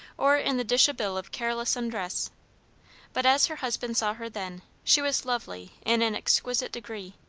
or in the dishabille of careless undress but as her husband saw her then, she was lovely in an exquisite degree.